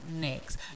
next